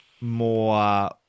more